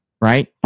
right